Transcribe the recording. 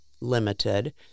limited